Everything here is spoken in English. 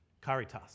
Caritas